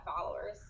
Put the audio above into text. followers